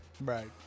Right